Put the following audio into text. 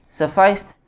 sufficed